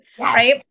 right